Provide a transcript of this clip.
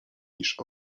niż